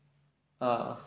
ah